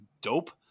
dope